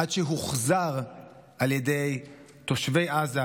עד שהוחזר על ידי תושבי עזה,